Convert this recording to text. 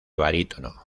barítono